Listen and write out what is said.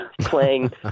playing